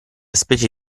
specie